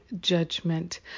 judgment